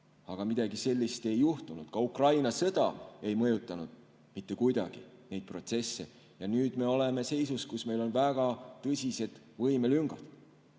Aga midagi sellist ei juhtunud. Ka Ukraina sõda ei mõjutanud mitte kuidagi neid protsesse. Nüüd me oleme seisus, kus meil on väga tõsised võimelüngad.